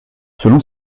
selon